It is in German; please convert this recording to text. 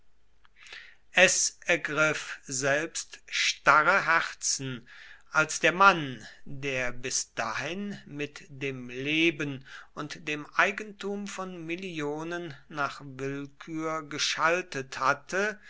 es ergriff selbst starre herzen als der mann der bis dahin mit dem leben und dem eigentum von millionen nach willkür geschaltet hatte